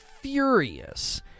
furious